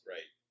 Right